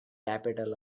capital